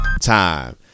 time